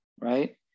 right